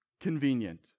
convenient